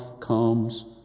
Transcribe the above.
comes